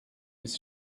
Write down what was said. his